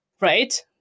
right